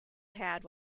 had